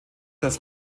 das